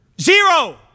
Zero